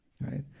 right